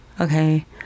okay